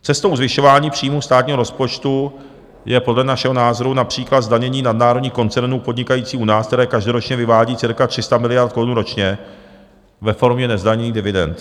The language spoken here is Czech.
Cestou zvyšování příjmů státního rozpočtu je podle našeho názoru například zdanění nadnárodních koncernů podnikajících u nás, které každoročně vyvádí cca 300 miliard korun ročně ve formě nezdaněných dividend.